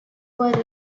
were